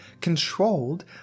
controlled